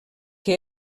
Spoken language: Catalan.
que